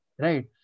right